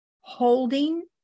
Holding